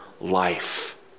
life